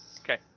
Okay